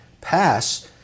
pass